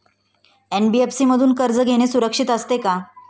NBFC मधून कर्ज घेणे सुरक्षित असते का?